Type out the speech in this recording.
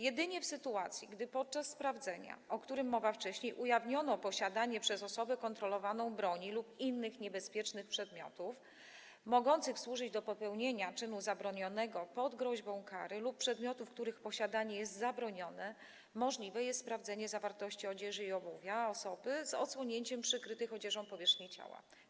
Jedynie w sytuacji, gdy podczas sprawdzenia, o którym wcześniej była mowa, ujawniono posiadanie przez osobę kontrolowaną broni lub innych niebezpiecznych przedmiotów, mogących służyć do popełnienia czynu zabronionego pod groźbą kary lub przedmiotów, których posiadanie jest zabronione, możliwe jest sprawdzenie zawartości odzieży i obuwia osoby z odsłonięciem przykrytych odzieżą powierzchni ciała.